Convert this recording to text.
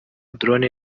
drone